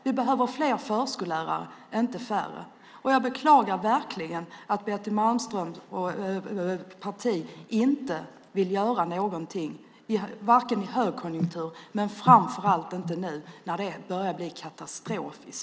Vi behöver fler förskollärare, inte färre. Jag beklagar verkligen att Betty Malmbergs parti inte vill göra någonting, inte i högkonjunktur och framför allt inte nu när situationen i Sverige börjar bli katastrofal.